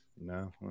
No